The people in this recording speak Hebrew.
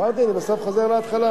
אמרתי: אני בסוף חוזר להתחלה.